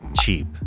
cheap